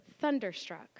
thunderstruck